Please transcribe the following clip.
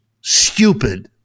stupid